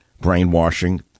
brainwashing